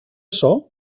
açò